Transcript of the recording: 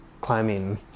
climbing